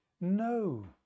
No